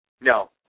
No